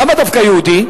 למה דווקא יהודי?